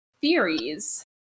theories